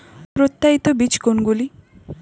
প্রত্যায়িত বীজ কোনগুলি?